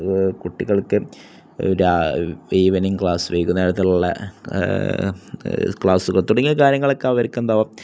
കുട്ടികൾക്കൊരു evening class വൈകുന്നേരമുള്ള ക്ലാസുകള് തുടങ്ങിയ കാര്യങ്ങളൊക്കെ അവർക്ക് എന്താണ്